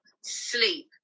sleep